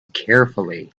carefully